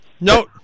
No